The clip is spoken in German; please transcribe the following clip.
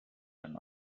ein